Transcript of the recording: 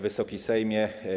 Wysoki Sejmie!